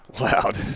Loud